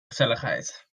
gezelligheid